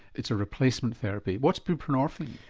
it's a replacement therapy. what's buprenorphine?